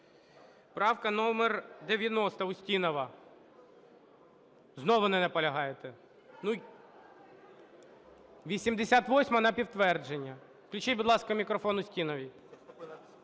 Правка номер 90, Устінова. Знову не наполягаєте. 88-а – на підтвердження. Включіть, будь ласка, мікрофон Устіновій.